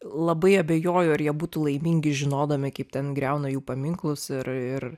labai abejoju ar jie būtų laimingi žinodami kaip ten griauna jų paminklus ir ir